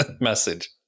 Message